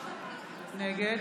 נגד